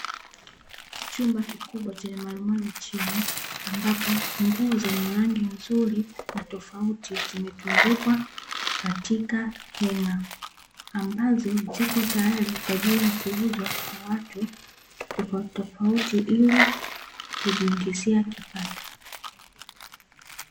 Chumba kikubwa chenye marumaru chini, ambapo nguo zenye rangi nzuri na tofauti zimetundikwa katika heng'a; ambazo ziko tayari kwa ajili ya kuuzwa kwa watu tofautitofauti, ili kujiingizia kipato.